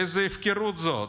איזו הפקרות זו?